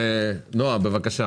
נעה בבקשה,